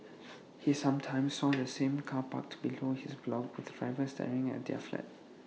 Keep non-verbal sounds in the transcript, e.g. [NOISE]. he sometimes saw [NOISE] the same car parked below his block with the driver staring at their flat